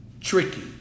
tricky